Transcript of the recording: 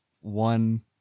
One